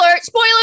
Spoiler